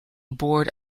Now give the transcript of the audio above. board